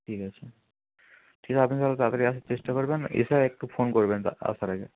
ঠিক আছে ঠিক আপনি তাহলে তাড়াতাড়ি আসার চেষ্টা করবেন এসে আরেকটু ফোন করবেন দা আসার আগে